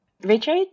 Richard